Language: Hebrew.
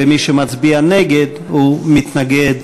ומי שמצביע נגד, הוא מתנגד